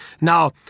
Now